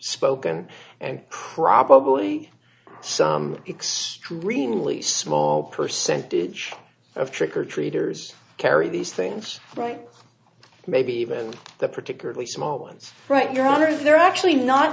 spoken and crapo bully some extremely small percentage of trick or treaters carry these things right maybe even the particularly small ones right your honor they're actually not